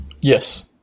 Yes